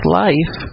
life